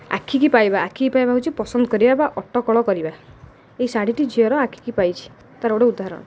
ଆଖିକି ପାଇବା ଆଖିକି ପାଇବା ହେଉଛି ପସନ୍ଦ କରିବା ବା ଅଟକଳ କରିବା ଏ ଶାଢ଼ୀଟି ଝିଅର ଆଖିକି ପାଇଛି ତା'ର ଗୋଟେ ଉଦାହରଣ